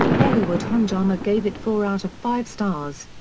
bollywood hungama gave it four out of five stars.